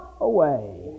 away